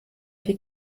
wie